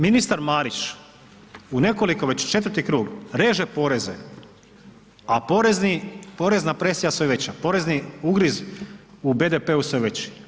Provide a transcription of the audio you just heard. Naime, ministar Marić u nekoliko, već četvrti krug reže poreze, a porezna presija sve veća, porezni ugriz u BDP-u sve veći.